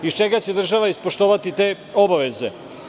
Iz čega će država ispoštovati te obaveze?